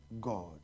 God